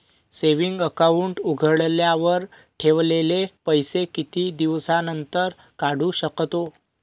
Saving account उघडल्यावर ठेवलेले पैसे किती दिवसानंतर काढू शकतो?